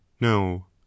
no